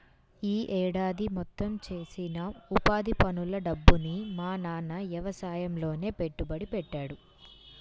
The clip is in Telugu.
యీ ఏడాది మొత్తం చేసిన ఉపాధి పనుల డబ్బుని మా నాన్న యవసాయంలోనే పెట్టుబడి పెట్టాడు